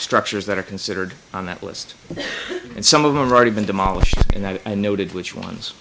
structures that are considered on that list and some of them are already been demolished and i noted which ones